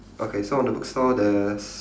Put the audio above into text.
okay so on the bookstore there's